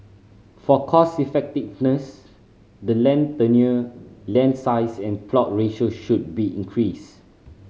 for cost effectiveness the land tenure land size and plot ratio should be increased